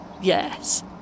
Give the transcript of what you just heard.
yes